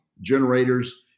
generators